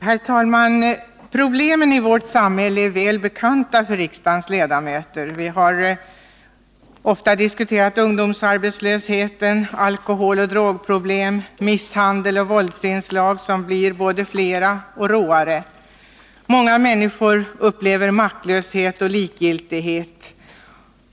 Herr talman! Problemen i vårt samhälle är väl bekanta för riksdagens ledamöter. Vi har ofta diskuterat ungdomsarbetslösheten, alkoholoch drogproblemen, misshandel och våldsinslag som har blivit både fler och råare. Många människor upplever maktlöshet och likgiltighet.